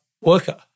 worker